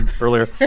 earlier